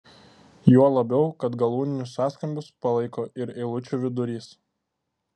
juo labiau kad galūninius sąskambius palaiko ir eilučių vidurys